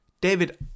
david